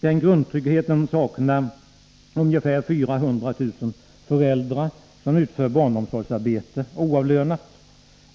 Den grundtryggheten saknar ungefär 400 000 föräldrar, som utför barnomsorgsarbete oavlönat.